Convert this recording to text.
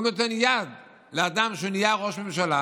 הוא נותן יד לאדם שנהיה ראש ממשלה